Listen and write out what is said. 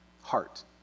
Heart